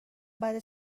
بعد